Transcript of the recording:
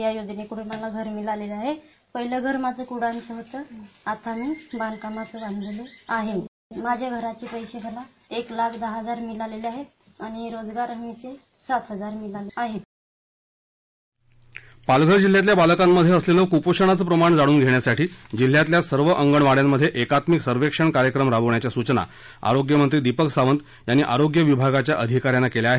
hold निर्मला आंबात पालघर जिल्ह्यातल्या बालकांमध्ये असलेलं कुपोषणाचं प्रमाण जाणून घेण्यासाठी जिल्ह्यातल्या सर्व अंगणवाङ्यांमध्ये एकात्मिक सर्वेक्षण कार्यक्रम राबवण्याच्या सूचना आरोग्यमंत्री दीपक सावंत यांनी आरोग्य विभागाच्या अधिका यांना केल्या आहेत